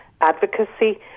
advocacy